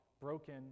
broken